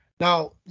now